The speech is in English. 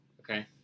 Okay